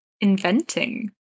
inventing